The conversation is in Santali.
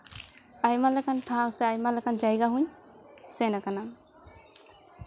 ᱟᱭᱢᱟ ᱞᱮᱠᱟᱱ ᱴᱷᱟᱶ ᱥᱮ ᱟᱭᱢᱟ ᱞᱮᱠᱟᱱ ᱡᱟᱭᱜᱟ ᱦᱚᱸᱧ ᱥᱮᱱ ᱠᱟᱱᱟ